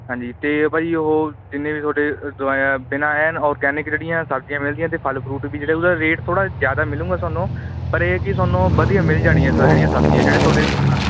ਹਾਂਜੀ ਅਤੇ ਭਾਅ ਜੀ ਉਹ ਜਿੰਨੇ ਵੀ ਤੁਹਾਡੇ ਬਿਨਾਂ ਐਨ ਔਰਗੈਨਿਕ ਜਿਹੜੀਆਂ ਸਬਜ਼ੀਆਂ ਮਿਲਦੀਆਂ ਅਤੇ ਫਲ ਫਰੂਟ ਵੀ ਜਿਹੜੇ ਉਹਦਾ ਰੇਟ ਥੋੜ੍ਹਾਂ ਜ਼ਿਆਦਾ ਮਿਲੂਗਾ ਤੁਹਾਨੂੰ ਪਰ ਇਹ ਚੀਜ਼ ਤੁਹਾਨੂੰ ਵਧੀਆ ਮਿਲ ਜਾਣੀਆ ਸਰ ਜਿਹੜੀਆਂ ਸਬਜ਼ੀਆਂ ਜਿਹੜੇ ਤੁਹਾਡੇ ਹਾਂ